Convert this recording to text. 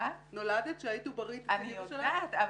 אני יודעת.